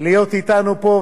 להיות אתנו פה,